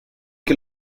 que